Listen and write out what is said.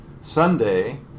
Sunday